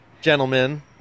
gentlemen